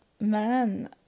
man